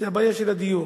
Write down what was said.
זו הבעיה של הדיור.